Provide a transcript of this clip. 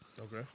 Okay